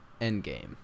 Endgame